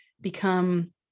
become